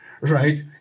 right